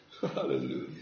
Hallelujah